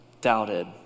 doubted